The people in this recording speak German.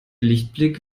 lichtblick